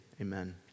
amen